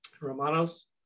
Romanos